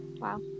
Wow